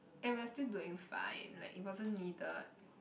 and we are still doing fine like it wasn't needed